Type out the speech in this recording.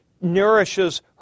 nourishes